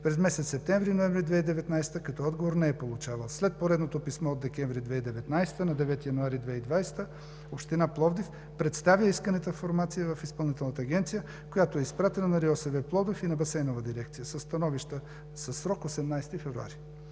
през месеците септември и ноември 2019 г., като отговор не е получаван. След поредното писмо от месец декември 2019 г. на 9 януари 2020 г. Община Пловдив представи исканата информация в Изпълнителната агенция, която е изпратена на РИОСВ – Пловдив, и на Басейновата дирекция за становища със срок 18 февруари.